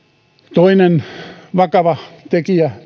toinen vakava tekijä